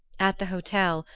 at the hotel,